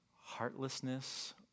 heartlessness